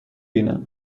بینم